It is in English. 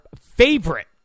favorite